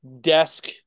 desk